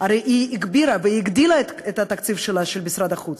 הרי היא הגבירה והיא הגדילה את התקציב שלה למשרד החוץ.